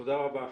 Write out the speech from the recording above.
תודה רבה.